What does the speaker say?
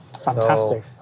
Fantastic